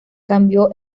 cambio